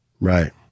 Right